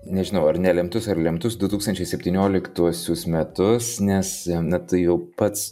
nežinau ar nelemtus ar lemtus du tūkstančiai septynioliktuosius metus nes na tu jau pats